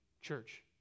church